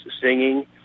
singing